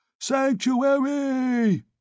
Sanctuary